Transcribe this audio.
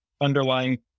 underlying